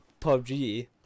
PUBG